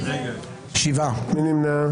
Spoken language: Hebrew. מי נמנע?